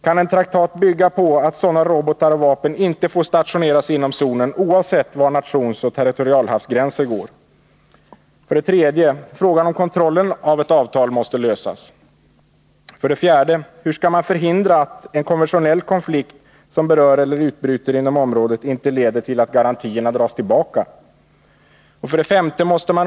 Kan en traktat bygga på att sådana robotar och vapen inte får stationeras inom zonen, oavsett var nationsoch territorialhavsgränserna går? 3. Frågan om kontrollen av ett avtal måste lösas. 4. Hur skall man förhindra att en konventionell konflikt som berör eller utbryter inom området leder till att garantierna dras tillbaka? 5.